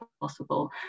possible